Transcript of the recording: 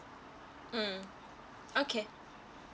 mm okay